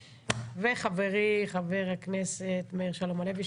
וחברי חבר הכנסת מאיר יצחק הלוי,